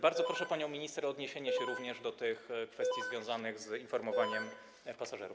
Bardzo proszę panią minister o odniesienie się również do tych kwestii związanych z informowaniem pasażerów.